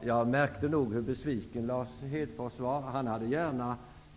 Jag märkte nog hur besviken Lars Hedfors var. Han hade gärna